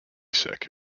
sick